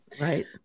Right